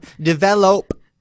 develop